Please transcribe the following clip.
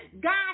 God